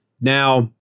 Now